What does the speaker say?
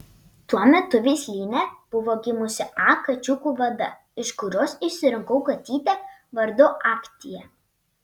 tuo metu veislyne buvo gimusi a kačiukų vada iš kurios išsirinkau katytę vardu aktia